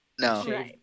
No